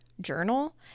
journal